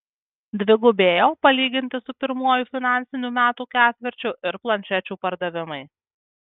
dvigubėjo palyginti su pirmuoju finansinių metų ketvirčiu ir planšečių pardavimai